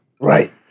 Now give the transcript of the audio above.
Right